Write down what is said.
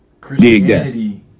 christianity